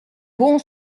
bon